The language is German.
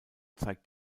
zeigt